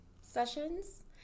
sessions